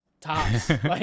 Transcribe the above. tops